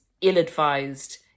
ill-advised